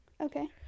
Okay